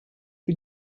für